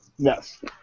Yes